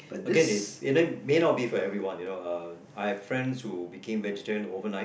again it mean may not be for anyone you know I have friends who became vegetarian overnight